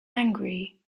angry